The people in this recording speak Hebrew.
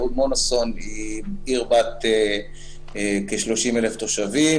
יהוד-מונוסון היא עיר בת כ-30,000 תושבים,